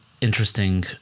interesting